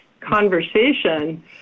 conversation